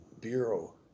bureau